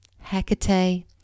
Hecate